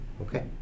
Okay